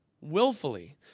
willfully